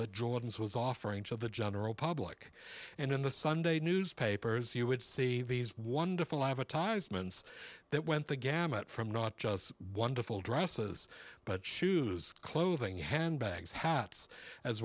the jordans was offering to the general public and in the sunday newspapers you would see these wonderful have a times ment's that went the gamut from not just wonderful dresses but shoes clothing handbags hats as